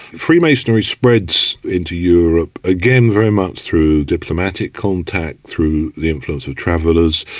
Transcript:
freemasonry spreads into europe, again very much through diplomatic contact, through the influence of travellers.